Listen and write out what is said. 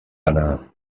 anna